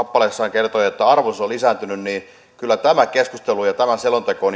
kertoi arvostus on lisääntynyt kyllä tämä keskustelu ja tämä selonteko